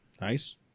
Nice